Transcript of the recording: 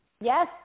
Yes